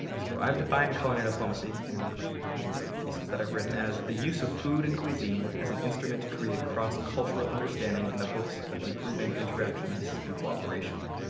so defined culinary diplomacy in a couple of pieces that i've written as the use of food in cuisine as an instrument to create cross-cultural understanding in the hopes of improving interactions in cooperation.